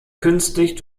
künstlich